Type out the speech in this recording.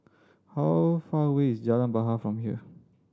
how far away is Jalan Bahar from here